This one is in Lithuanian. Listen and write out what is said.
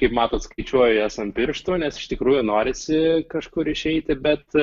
kaip matot skaičiuoju jas ant pirštų nes iš tikrųjų norisi kažkur išeiti bet